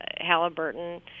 Halliburton